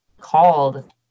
called